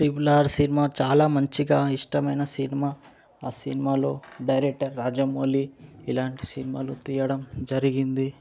triple R cinema చాలా మంచిగా ఇష్టమైన సినిమా ఆ సినిమాలో డైరెక్టర్ రాజమౌళి ఇలాంటి సినిమాలు తీయడం జరిగింది